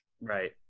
right